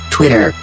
Twitter